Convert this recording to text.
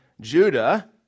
Judah